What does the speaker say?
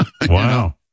Wow